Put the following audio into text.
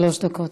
שלוש דקות.